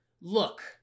look